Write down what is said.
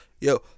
yo